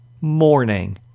morning